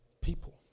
people